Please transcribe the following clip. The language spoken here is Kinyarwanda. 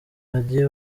bagiye